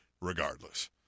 regardless